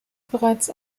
bereits